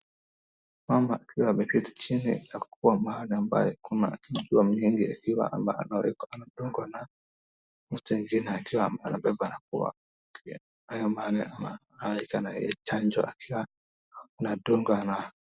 Mama akiwa ameketi chini na kukuwa mahali ambaye kuna vitu nyingi akiwa mahali anadungwa na mtu ingine akiwa anabeba akiwa anakaa kama amekaa naye anachanjwa anadungwa na.